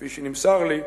כפי שנמסר לי,